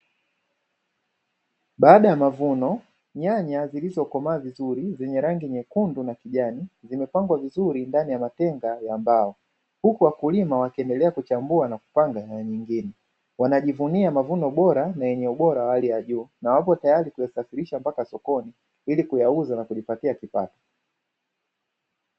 Baada ya mavuno, nyanya zilizokomaa vizuri zenye rangi nyekundu na kijani vimepangwa vizuri ndani ya matenga ya mbao. Huku wakulima wakiendelea kuchambua na kupanga nyanya nyingine, wanajivunia mavuno bora na yenye ubora wa hali ya juu na wapo tayari kuyasafirisha mpaka sokoni ili kuyauza na kujipatia kipato.